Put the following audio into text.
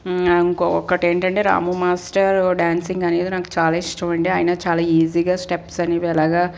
ఇంకొకటి ఏంటంటే రాము మాస్టారు డ్యాన్సింగ్ అనేది నాకు చాలా ఇష్టం అండి ఆయన చాలా ఈజీగా స్టెప్స్ అనేవి ఎలాగా